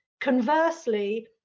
conversely